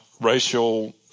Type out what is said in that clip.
Racial